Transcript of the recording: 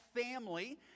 family